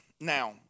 Now